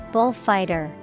Bullfighter